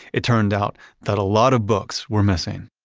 it turned out that a lot of books were missing.